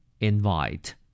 invite